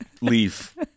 leaf